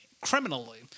criminally